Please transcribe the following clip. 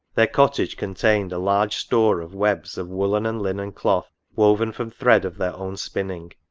their cottage contained a large store of webs of woollen and linen cloth, woven from thread of their own spinning.